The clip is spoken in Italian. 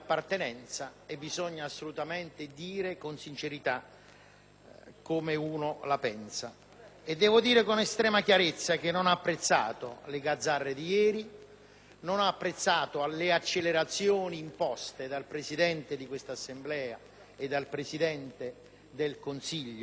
convincimenti. Devo dire con estrema chiarezza che non ho apprezzato le gazzarre di ieri, né le accelerazioni imposte dal Presidente di questa Assemblea e dal Presidente del Consiglio su alcuni provvedimenti. Credo che questa compressione assoluta